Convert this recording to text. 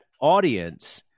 audience